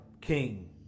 king